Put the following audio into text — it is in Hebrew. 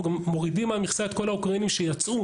אנחנו גם מורידים מהמכסה את כל האוקראינים שיצאו,